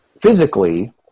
physically